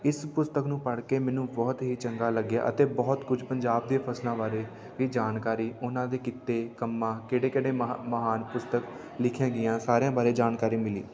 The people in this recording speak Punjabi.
ਇਸ ਪੁਸਤਕ ਨੂੰ ਪੜ੍ਹ ਕੇ ਮੈਨੂੰ ਬਹੁਤ ਹੀ ਚੰਗਾ ਲੱਗਿਆ ਅਤੇ ਬਹੁਤ ਕੁਝ ਪੰਜਾਬ ਦੀਆਂ ਫਸਲਾਂ ਬਾਰੇ ਵੀ ਜਾਣਕਾਰੀ ਉਹਨਾਂ ਦੇ ਕਿੱਤੇ ਕੰਮਾਂ ਕਿਹੜੇ ਕਿਹੜੇ ਮਹਾ ਮਹਾਨ ਪੁਸਤਕ ਲਿਖੀਆਂ ਗਈਆਂ ਸਾਰਿਆਂ ਬਾਰੇ ਜਾਣਕਾਰੀ ਮਿਲੀ